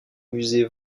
musée